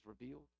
revealed